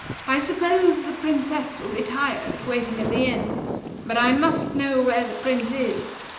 i suppose the princess will be tired, waiting at the inn but i must know where the prince is,